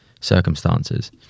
circumstances